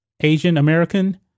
Asian-American